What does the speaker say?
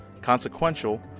consequential